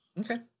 okay